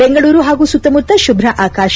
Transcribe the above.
ಬೆಂಗಳೂರು ಹಾಗೂ ಸುತ್ತಮುತ್ತ ಶುಭ್ಧ ಆಕಾಶ